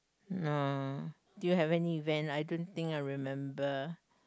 no do you have any event I don't think I remember